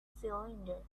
cylinder